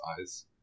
eyes